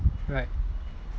right